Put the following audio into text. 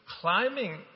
climbing